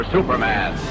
Superman